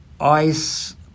Ice